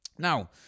Now